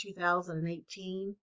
2018